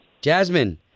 Jasmine